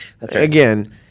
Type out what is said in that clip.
again